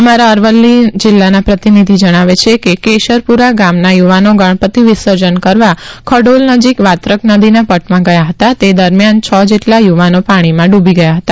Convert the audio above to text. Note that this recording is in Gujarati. અમારા અરવલ્લીના પ્રતિનિધિ જણાવે છે કે કેશરપુરા ગામના યુવાનો ગણપતિ વિસર્જન કરવા ખડોલ નજીક વાત્રક નદીના પટમાં ગયા હતા તે દરમિયાન છ જેટલા યુવાનો પાણીમાં ડૂબી ગયા હતા